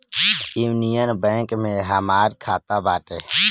union Bank में हमार खाता बाटे